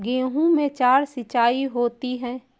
गेहूं में चार सिचाई होती हैं